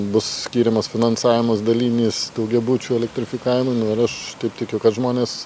bus skiriamas finansavimas dalinis daugiabučių elektrifikavimui nu ir aš taip tikiu kad žmonės